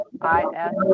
I-S